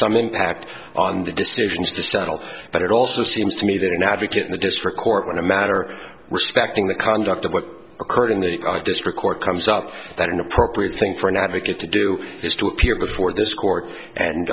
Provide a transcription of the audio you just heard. some impact on the decisions to settle but it also seems to me that an advocate in the district court when a matter respecting the conduct of what occurred in the district court comes up that an appropriate thing for an advocate to do is to appear before this court and